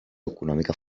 econòmica